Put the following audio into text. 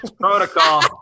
Protocol